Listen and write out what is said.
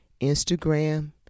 Instagram